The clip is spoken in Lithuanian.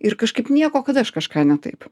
ir kažkaip nieko kad aš kažką ne taip